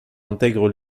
intègre